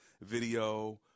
video